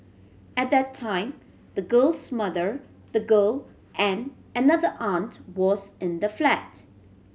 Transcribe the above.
at that time the girl's mother the girl and another aunt was in the flat